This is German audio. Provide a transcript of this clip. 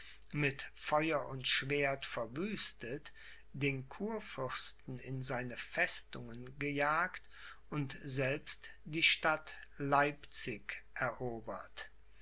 mit feuer und schwert verwüstet den kurfürsten in seine festungen gejagt und selbst die stadt leipzig erobert